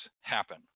happen